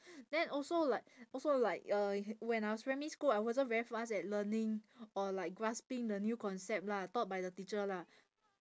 then also like also like uh when I was primary school I wasn't very fast at learning or like grasping the new concept lah taught by the teacher lah